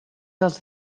dels